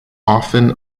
often